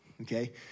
okay